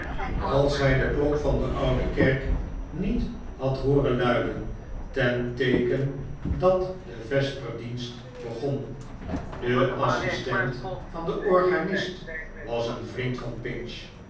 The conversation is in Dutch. als hij de klok van de oude kerk niet had hooren luiden ten teeken dat de vesperdienst begon de assistent van den organist was een vriend van pinch